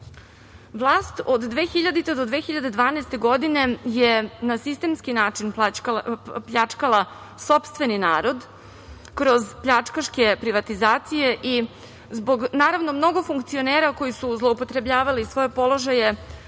2000. godine do 2012. godine je na sistemski način pljačkala sopstveni narod kroz pljačkaške privatizacije i zbog naravno mnogo funkcionera koji su zloupotrebljavali svoje položaje